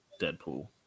Deadpool